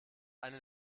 eine